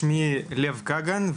שמי לב קוגן,